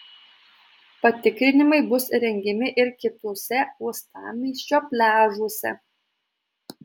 patikrinimai bus rengiami ir kituose uostamiesčio pliažuose